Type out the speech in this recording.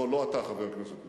לא, לא אתה, חבר הכנסת מולה.